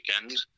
weekend